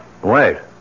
Wait